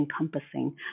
encompassing